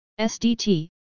SDT